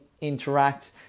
interact